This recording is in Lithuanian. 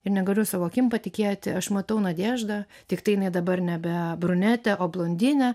ir negaliu savo akim patikėti aš matau nadežda tiktai jinai dabar nebe brunetė o blondinė